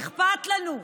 אכפת לנו.